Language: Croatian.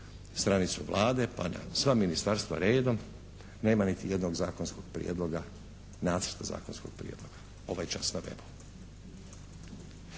Stranicu Vlade pa na sva ministarstva redom, nema niti jednog nacrta zakonskog prijedloga ovaj čas na webu.